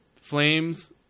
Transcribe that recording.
Flames